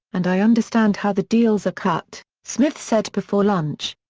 and i understand how the deals are cut, smith said before lunch.